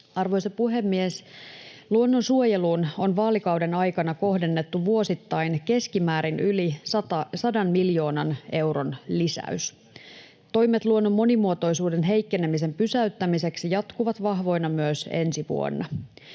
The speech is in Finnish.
Arvoisa puhemies! Luonnonsuojeluun on vaalikauden aikana kohdennettu vuosittain keskimäärin yli 100 miljoonan euron lisäys. Toimet luonnon monimuotoisuuden heikkenemisen pysäyttämiseksi jatkuvat vahvoina myös ensi vuonna.